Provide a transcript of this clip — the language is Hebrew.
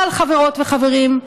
אבל, חברות וחברים,